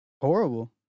Horrible